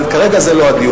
אבל כרגע זה לא הדיון.